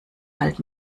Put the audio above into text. halt